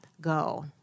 go